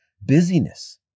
Busyness